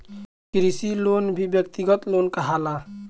कृषि लोन भी व्यक्तिगत लोन कहाला